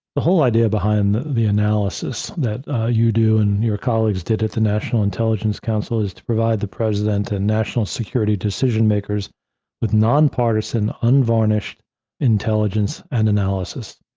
the whole idea behind the the analysis that you do and your colleagues did at the national intelligence council is to provide the president and national security decision makers with nonpartisan, unvarnished intelligence and analysis.